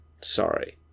Sorry